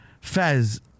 Fez